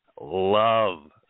love